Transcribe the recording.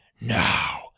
Now